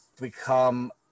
become